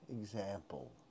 example